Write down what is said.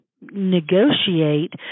negotiate